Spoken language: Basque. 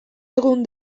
egun